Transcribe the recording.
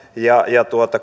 ja ja